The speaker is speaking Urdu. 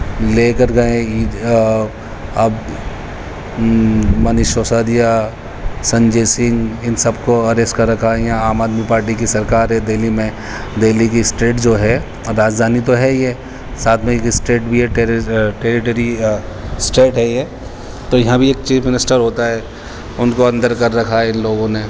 لے کر گئے اب منیش سسودیا سنجے سنگھ ان سب کو اریسٹ کر رکھا ہے یہاں عام آدمی پارٹی کی سرکار ہے دہلی میں دہلی کی اسٹیٹ جو ہے راجدھانی تو ہے ہی ہے ساتھ میں ایک اسٹیٹ بھی ہے ٹیریٹری اسٹیٹ ہے یہ تو یہاں بھی ایک چیف منسٹر ہوتا ہے ان کو اندر کر رکھا ہے ان لوگوں نے